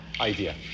idea